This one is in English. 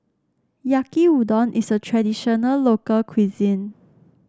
Yaki Udon is a traditional local cuisine